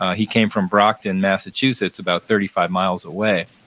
ah he came from brockton, massachusetts, about thirty five miles away.